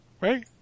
Right